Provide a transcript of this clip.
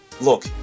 Look